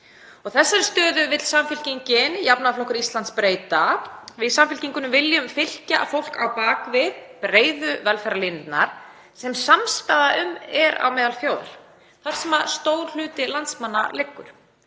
Þessari stöðu vill Samfylkingin – Jafnaðarflokkur Íslands, breyta. Við í Samfylkingunni viljum fylkja fólki á bak við breiðu velferðarlínurnar sem samstaða er um á meðal þjóðar, þar sem stór hluti landsmanna liggur.